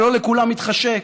ולא לכולם מתחשק,